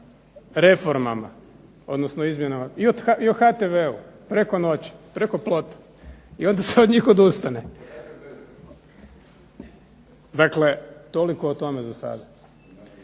reformama odnosno izmjenama i o HTV-u preko noći, preko plota i onda se od njih odustane. Dakle, toliko o tome za sada.